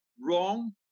wrong